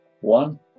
one